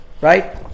Right